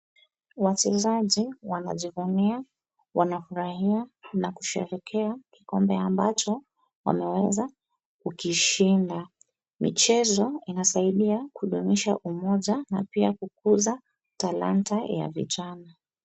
Wachezaji wanajivunia, wanafurahia na kusherehekea kikombe ambacho wameweza kukishinda. Michezo inasaidia kudunisha umoja na pia kukuza talanta ya vijana.